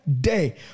day